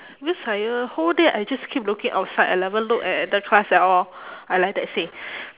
because I uh whole day I just keep looking outside I never look a~ at the class at all I like that say